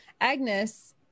Agnes